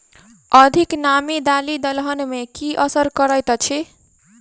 अधिक नामी दालि दलहन मे की असर करैत अछि?